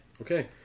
Okay